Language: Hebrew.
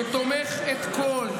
שתומך את כל,